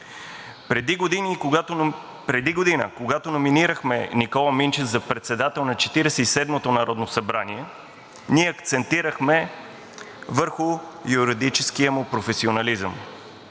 Преди година, когато номинирахме Никола Минчев за председател на Четиридесет и седмото народно събрание, ние акцентирахме върху юридическия му професионализъм.